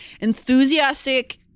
enthusiastic